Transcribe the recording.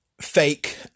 Fake